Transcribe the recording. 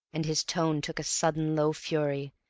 and his tone took a sudden low fury,